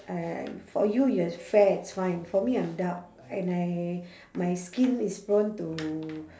uh for you you're fair it's fine for me I'm dark and I my skin is prone to